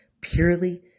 purely